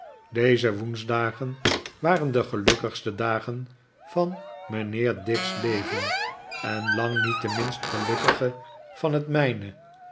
deze woensdagen waren de gelukkigste dagen van mijnheer dick's leven en lang niet de minst gelukkige van het mijne